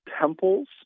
temples